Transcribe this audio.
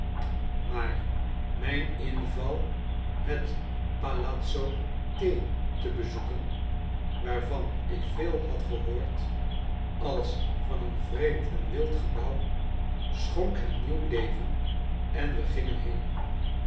maar mijn inval het palazzotete bezoeken waarvan ik veel had gehoord als van een vreemd en wild gebouw schonk hem nieuw leven en we gingen heen